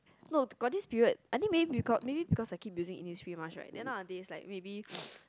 no got this period I think maybe because maybe because I keep using Innisfree mask right then nowadays like maybe